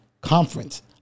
conference